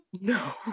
No